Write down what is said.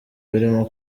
birimo